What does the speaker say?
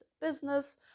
business